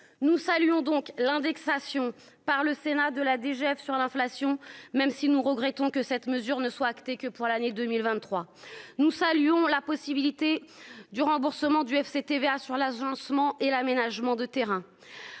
nous saluons donc l'indexation par le Sénat de la DGF sur l'inflation, même si nous regrettons que cette mesure ne soit acté que pour l'année 2023, nous saluons la possibilité du remboursement du FCTVA sur l'agencement et l'aménagement de terrains,